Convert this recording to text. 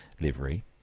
livery